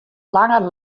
langer